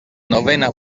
novena